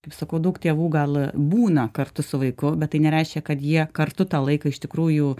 kaip sakau daug tėvų gal būna kartu su vaiku bet tai nereiškia kad jie kartu tą laiką iš tikrųjų